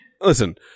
Listen –